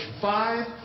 five